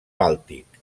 bàltic